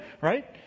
Right